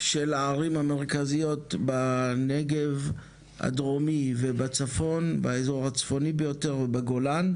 של הערים המרכזיות בנגב הדרומי ובצפון באזור הצפוני ביותר ובגולן,